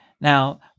Now